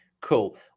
cool